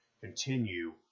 continue